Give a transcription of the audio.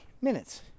minutes